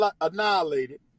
annihilated